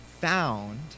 found